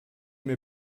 mir